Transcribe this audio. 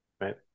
right